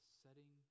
setting